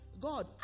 god